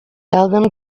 them